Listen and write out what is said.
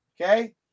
Okay